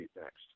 next